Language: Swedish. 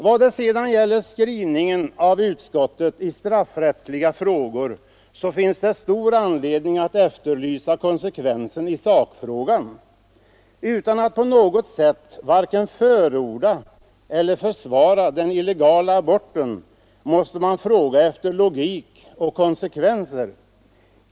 Vad det sedan gäller utskottets skrivning i straffrättsliga frågor finns det stor anledning att efterlysa konsekvensen i sakfrågan. Utan att på något sätt varken förorda eller försvara den illegala aborten måste man fråga efter logik och konsekvenser.